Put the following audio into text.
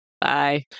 bye